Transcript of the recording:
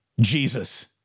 Jesus